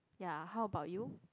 ya how about you